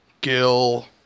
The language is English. Gil